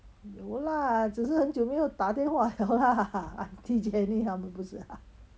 有 lah 只是很久没有打电话 liao lah auntie jenny 她们不是 ah